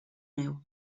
neu